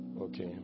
Okay